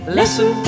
listen